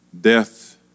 Death